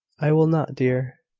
i will not, dear.